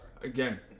again